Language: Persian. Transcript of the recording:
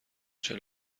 چهل